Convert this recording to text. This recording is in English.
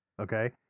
Okay